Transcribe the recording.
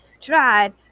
tried